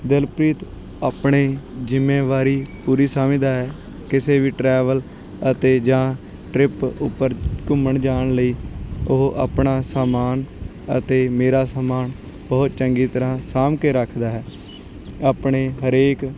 ਦਿਲਪ੍ਰੀਤ ਆਪਣੀ ਜ਼ਿੰਮੇਵਾਰੀ ਪੂਰੀ ਸਮਝਦਾ ਹੈ ਕਿਸੇ ਵੀ ਟਰੈਵਲ ਅਤੇ ਜਾਂ ਟਰਿਪ ਉੱਪਰ ਘੁੰਮਣ ਜਾਣ ਲਈ ਉਹ ਆਪਣਾ ਸਮਾਨ ਅਤੇ ਮੇਰਾ ਸਮਾਨ ਬਹੁਤ ਚੰਗੀ ਤਰ੍ਹਾਂ ਸਾਂਭ ਕੇ ਰੱਖਦਾ ਹੈ ਆਪਣੇ ਹਰੇਕ